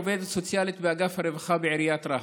עובדת סוציאלית באגף הרווחה בעיריית רהט,